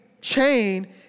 chain